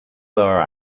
lower